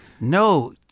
No